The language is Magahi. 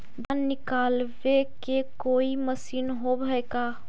धान निकालबे के कोई मशीन होब है का?